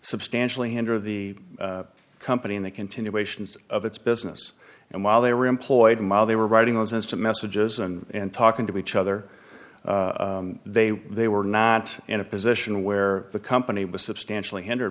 substantially hinder the company in the continuation of its business and while they were employed and while they were writing those instant messages and talking to each other they were they were not in a position where the company was substantially hinder